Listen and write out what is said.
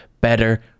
better